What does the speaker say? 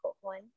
one